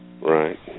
right